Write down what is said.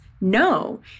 No